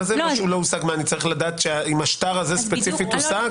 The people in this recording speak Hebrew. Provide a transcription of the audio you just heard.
אני צריך לדעת אם השטר הזה ספציפית הושג?